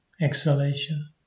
exhalation